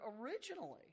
originally